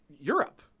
europe